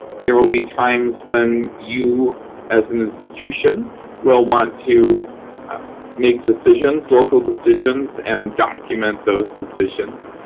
there will be times when you as an institution will want to make decisions, local decisions, and document those decisions.